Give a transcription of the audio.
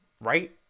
right